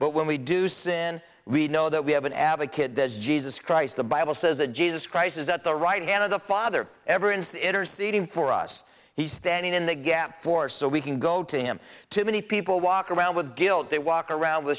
but when we do sin we know that we have an advocate as jesus christ the bible says that jesus christ is at the right hand of the father everyone's interceding for us he's standing in the gap for so we can go to him too many people walk around with guilt they walk around with